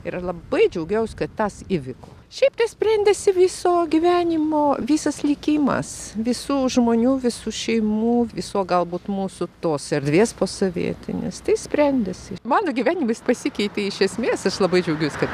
ir labai džiaugiaus kad tas įviko šiaip tai sprendėsi viso gyvenimo visas likimas visų žmonių visų šeimų viso galbūt mūsų tos erdvės posovietinės tai sprendėsi mano gyvenimas pasikeitė iš esmės tai aš labai džiaugiuosi kad